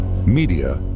Media